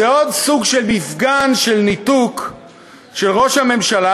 זה עוד סוג של מפגן של ניתוק של ראש הממשלה,